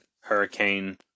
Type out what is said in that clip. Hurricane